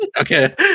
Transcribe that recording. okay